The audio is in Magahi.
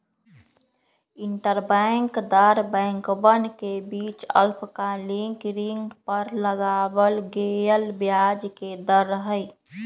इंटरबैंक दर बैंकवन के बीच अल्पकालिक ऋण पर लगावल गेलय ब्याज के दर हई